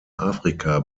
afrika